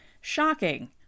Shocking